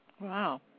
Wow